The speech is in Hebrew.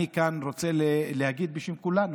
אני רוצה להגיד בשם כולנו: